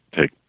take